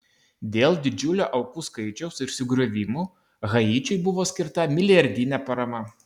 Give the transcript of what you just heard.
dėl didžiulio aukų skaičiaus ir sugriovimų haičiui buvo skirta milijardinė parama